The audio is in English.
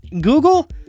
Google